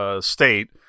state